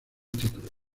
título